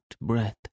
breath